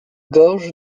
gorges